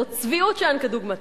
זאת צביעות שאין כדוגמתה.